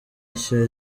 nshya